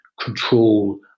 control